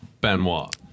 Benoit